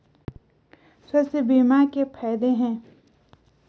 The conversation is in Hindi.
स्वास्थ्य बीमा के फायदे हैं?